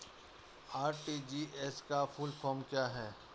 RTGS का full form क्या है?